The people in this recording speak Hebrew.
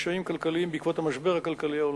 לקשיים כלכליים בעקבות המשבר הכלכלי העולמי,